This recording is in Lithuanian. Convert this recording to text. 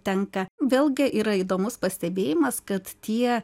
tenka vėlgi yra įdomus pastebėjimas kad tie